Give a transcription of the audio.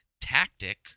tactic